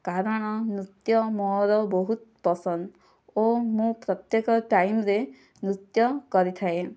କାରଣ ନୃତ୍ୟ ମୋର ବହୁତ ପସନ୍ଦ ଓ ମୁଁ ପ୍ରତ୍ୟେକ ଟାଇମରେ ନୃତ୍ୟ କରିଥାଏ